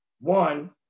One